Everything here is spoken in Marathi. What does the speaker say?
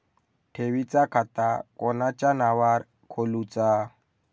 ठेवीचा खाता कोणाच्या नावार खोलूचा?